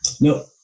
no